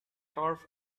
turf